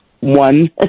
one